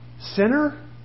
sinner